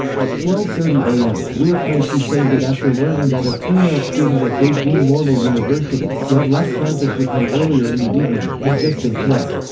at twelve thirty am, wu'erkaixi fainted after learning that a female student at beijing normal university, who had left campus with him earlier in the evening, had just been killed.